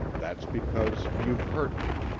that's because you've hurt me.